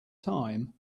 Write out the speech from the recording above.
time